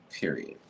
Period